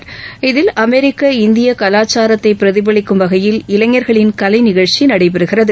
இந்த நிகழ்ச்சியில் அமெரிக்க இந்திய கலாச்சாரத்தை பிரதிபலிக்கும் வகையில் இளைஞர்களின் கலைநிகழ்ச்சி நடைபெறுகிறது